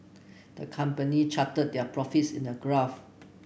the company charted their profits in a graph